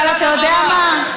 אבל אתה יודע מה,